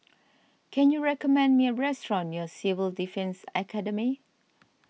can you recommend me a restaurant near Civil Defence Academy